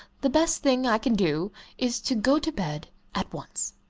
the best thing i can do is to go to bed at once.